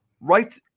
right